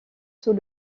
sous